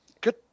Good